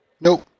Nope